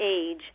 age